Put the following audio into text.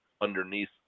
underneath